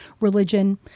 religion